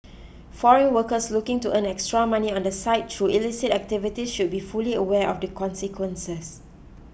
foreign workers looking to earn extra money on the side through illicit activities should be fully aware of the consequences